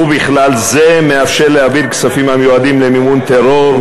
ובכלל זה מאפשר להעביר כספים המיועדים למימון טרור,